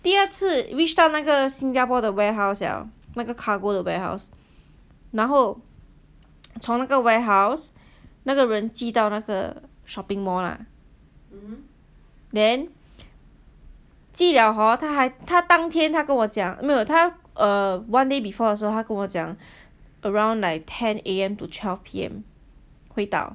第二次 reach 到那个新加坡的 warehouse 了那个 cargo 的 warehouse 然后从那个 warehouse 那个人寄到那个 shopping mall lah then 寄了 hor 他还他当天他跟我讲没有他 one day before 还跟我讲 around like ten A_M to twelve P_M 会到